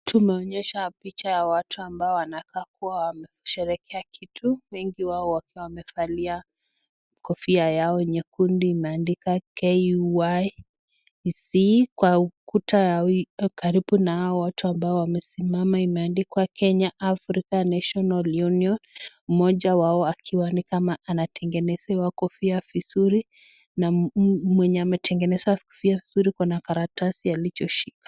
Tumeonyeshwa picha ya watu ambao wanakaa kusherehea kitu, wengi wao wakiwa wamevalia kofia yao nyekundu imeandikwa KYZ. Kwa ukuta karibu na hawa watu wamesimama imeandikwa [Kenya african National Union]. Mmoja wao akiwa ni kama anatengenezewa kofia vizuri na mwenye ametengeneza kofia vizuri kuna karatasi alichoshika.